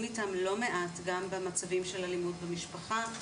איתם לא מעט גם במצבים של אלימות במשפחה,